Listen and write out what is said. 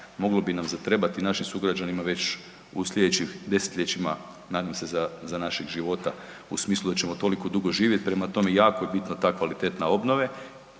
moglo bi nam zatrebati našim sugrađanima već u slijedećih desetljećima nadam se za našeg života u smislu da ćemo toliko dugo živjeti. Prema tome jako je bitna ta kvaliteta obnove.